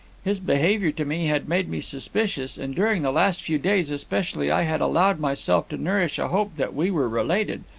his behaviour to me had made me suspicious, and during the last few days especially i had allowed myself to nourish a hope that we were related.